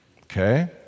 okay